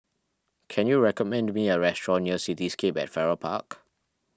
can you recommend me a restaurant near Cityscape at Farrer Park